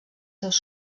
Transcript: seus